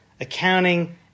accounting